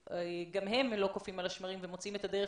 גם הם לא קופאים על השמרים ומוצאים את הדרך